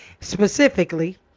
specifically